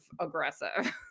aggressive